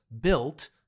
built